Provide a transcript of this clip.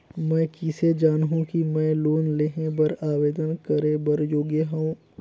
मैं किसे जानहूं कि मैं लोन लेहे बर आवेदन करे बर योग्य हंव?